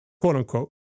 quote-unquote